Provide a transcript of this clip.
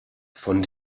von